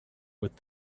with